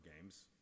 games